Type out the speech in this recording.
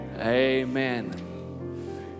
amen